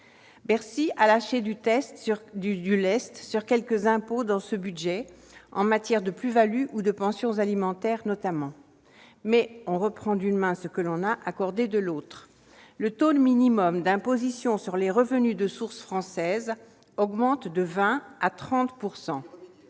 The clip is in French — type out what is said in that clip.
Bercy a lâché du lest sur quelques impôts dans ce projet de budget, en matière de plus-values ou de pensions alimentaires notamment, mais on reprend d'une main ce que l'on a accordé de l'autre. Le taux minimum d'imposition sur les revenus de source française augmente de 20 % à 30 %.